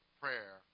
prayer